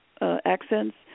accents